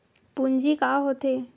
पूंजी का होथे?